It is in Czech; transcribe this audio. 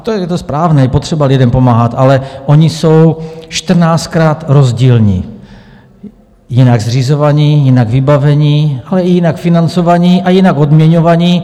Tak je to správné, je potřeba lidem pomáhat, ale oni jsou čtrnáctkrát rozdílní, jinak zřizovaní, jinak vybavení, ale i jinak financovaní a jinak odměňovaní.